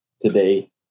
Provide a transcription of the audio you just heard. today